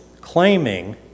claiming